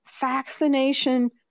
vaccination